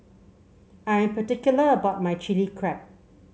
I am particular about my Chili Crab